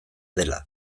dela